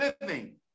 living